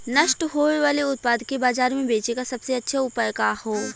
नष्ट होवे वाले उतपाद के बाजार में बेचे क सबसे अच्छा उपाय का हो?